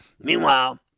Meanwhile